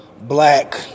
black